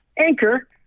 Anchor